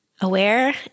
aware